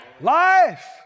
Life